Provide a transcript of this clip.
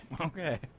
Okay